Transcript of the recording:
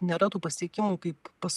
nėra tų pasiekimų kaip pas